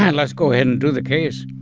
yeah let's go ahead and do the case,